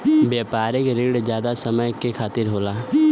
व्यापारिक रिण जादा समय के खातिर होला